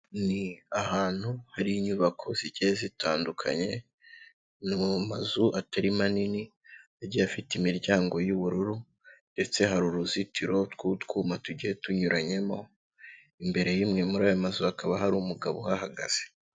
Ni ahantu hari inyubako zigiye zitandukanye, ni mu mazu atari manini agihe afite imiryango y'ubururu, ndetse hari uruzitiro rw'utwuma tugiye tunyuranyemo, imbere y'imwe muri ayo mazu hakaba hari umugabo uhagaze.